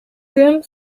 кем